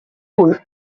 punt